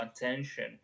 attention